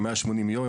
גם לא 180 ימים.